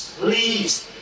please